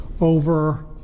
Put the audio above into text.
over